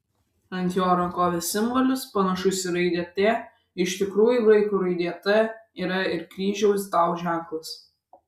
ant jo rankovės simbolis panašus į raidę t iš tikrųjų graikų raidė t yra ir kryžiaus tau ženklas